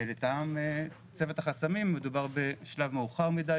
לטעם צוות החסמים מדובר בשלב מאוחר מידי,